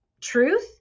truth